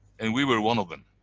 and we were one of them.